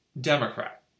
Democrat